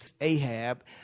Ahab